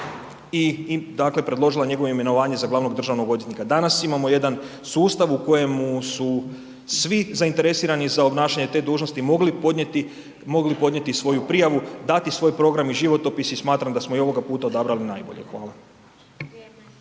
i predložila njegovo imenovanje za glavnog državnog odvjetnika. Danas imamo jedan sustav u kojemu su svi zainteresirani za obnašanje te dužnosti mogli podnijeti svoju prijavu, dati svoj program i životopis i smatram da smo i ovoga puta odabrali najbolje. Hvala.